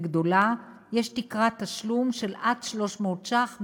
יש תקרת תשלום של 300 שקל,